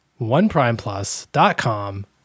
OnePrimePlus.com